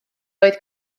oedd